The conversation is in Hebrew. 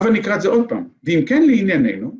‫אבל נקרא זה עוד פעם. ‫ואם כן, לענייננו.